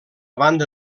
banda